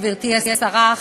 גברתי השרה,